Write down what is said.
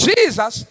Jesus